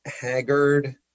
haggard